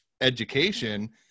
education